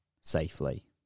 safely